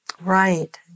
Right